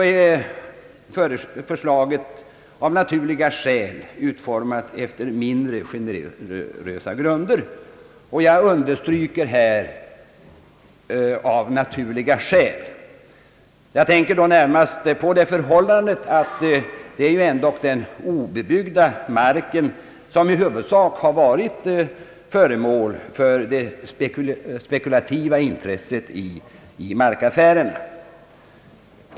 naturliga skäl utformat efter mindre generösa grunder. Jag understryker orden »av naturliga skäl». Jag tänker närmast på det förhållandet att det ändå gäller obebyggd mark, som i huvudsak har varit föremål för det spekulativa intresset i markaffärerna.